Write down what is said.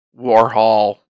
Warhol